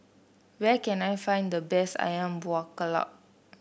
where can I find the best ayam Buah Keluak